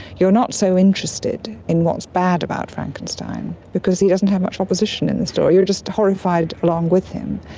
you're not so interested in what's bad about frankenstein because he doesn't have much opposition in the story, you're just horrified along with him.